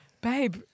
babe